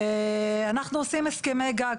אנחנו עושים הסכמי גג,